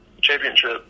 championship